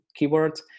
keywords